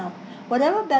whatever balance